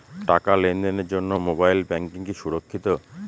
টাকা লেনদেনের জন্য মোবাইল ব্যাঙ্কিং কি সুরক্ষিত?